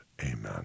amen